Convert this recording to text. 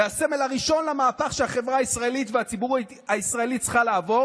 הסמל הראשון למהפך שהחברה הישראלית והציבור ישראלי צריכים לעבור